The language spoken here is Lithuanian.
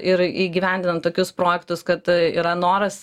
ir įgyvendinant tokius projektus kad yra noras